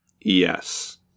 yes